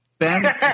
Ben